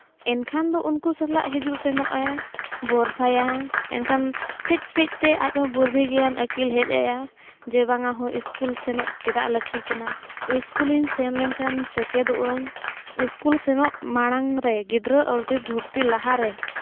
ᱮᱱᱠᱷᱟᱱ ᱫᱚ ᱩᱱᱠᱩ ᱥᱟᱞᱟᱜ ᱦᱤᱡᱩᱜ ᱥᱮᱱᱚᱜᱼᱮ ᱵᱷᱚᱨᱥᱟᱭᱟ ᱮᱱᱠᱷᱟᱱ ᱠᱟᱹᱡ ᱠᱟᱹᱡᱛᱮ ᱟᱡᱦᱚᱸ ᱵᱩᱫᱽᱫᱷᱤ ᱜᱮᱭᱟᱱ ᱟᱹᱠᱤᱞ ᱦᱮᱡ ᱟᱭᱟ ᱡᱮ ᱵᱟᱝᱼᱟ ᱥᱠᱩᱞ ᱥᱮᱱᱚᱜ ᱪᱮᱫᱟᱜ ᱞᱟᱹᱠᱛᱤ ᱠᱟᱱᱟ ᱥᱠᱩᱞᱤᱧ ᱥᱮᱱ ᱞᱮᱱᱠᱷᱟᱱ ᱥᱮᱪᱮᱫᱚᱜᱼᱟᱹᱧ ᱥᱠᱩᱞ ᱥᱮᱱᱚᱜ ᱢᱟᱲᱟᱝ ᱨᱮ ᱜᱤᱫᱽᱨᱟᱹ ᱟᱹᱣᱨᱤ ᱵᱷᱚᱨᱛᱤ ᱞᱟᱦᱟᱨᱮ